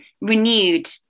renewed